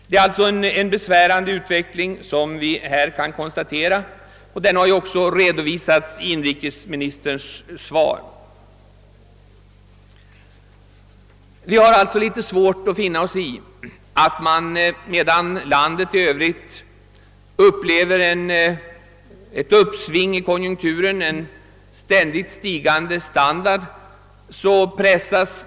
Det är alltså en besvärande utveckling vi här kan konstatera, och den har ju också redovisats i inrikesministerns svar. Vi i denna del av landet har svårt att finna oss i att människorna där pressas allt hårdare medan landet i övrigt upplever ett uppsving i konjunkturen, en ständigt stigande standard.